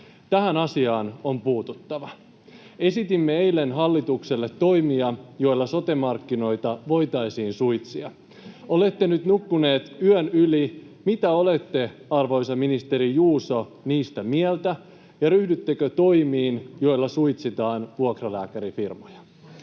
Tähän asiaan on puututtava. Esitimme eilen hallitukselle toimia, joilla sote-markkinoita voitaisiin suitsia. Olette nyt nukkuneet yön yli. Mitä olette, arvoisa ministeri Juuso, niistä mieltä, ja ryhdyttekö toimiin, joilla suitsitaan vuokralääkärifirmoja?